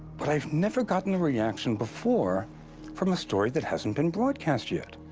but iive never gotten a reaction before from a story that hasnit been broadcast yet.